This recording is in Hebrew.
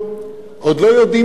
עוד לא יודעים כלום,